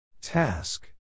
Task